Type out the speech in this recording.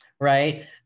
right